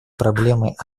проблемой